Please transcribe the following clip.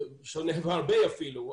שונה בהרבה אפילו,